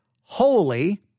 holy